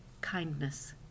kindness